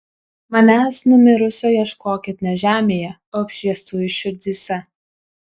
manęs numirusio ieškokit ne žemėje o apšviestųjų širdyse